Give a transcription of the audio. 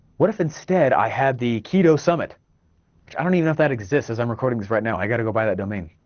what if instead i had the keto summit, which i don't even know if that exists as i'm recording this right now, i gotta go buy that domain.